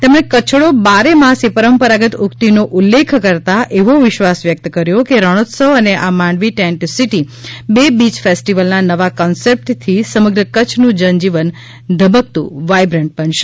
તેમણે કચ્છડી બારે માસ એ પરંપરાગત ઊકિતનો ઉલ્લેખ કરતાં એવો વિશ્વાસ વ્યકત કર્યો કે રણોત્સવ અને આ માંડવી ટેન્ટ સિટી બે બીય ફેસ્ટિવલના નવા કોન્સેપ્ટથી સમગ્ર કચ્છનું જનજીવન ધબકતું વાયબ્રન્ટ બનશે